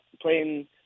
playing